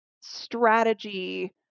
strategy